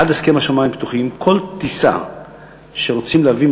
עד הסכם השמים הפתוחים כל טיסה שרוצים להביא,